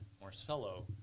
Marcello